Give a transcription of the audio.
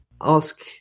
ask